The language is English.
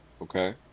Okay